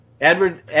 Edward